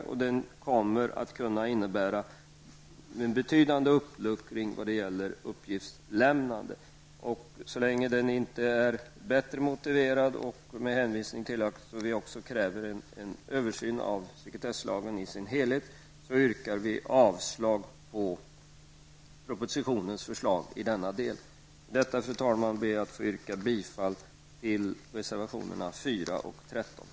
Den föreslagna lagen kommer att kunna innebära betydande uppluckringar i fråga om uppgiftslämnandet. Så länge lagförslaget inte är bättre motiverat och med hänvisning till att vi kräver en översyn av sekretesslagen i dess helhet yrkar vi avslag på propositionsförslaget i denna del. Fru talman! Jag yrkar bifall till reservationerna nr 4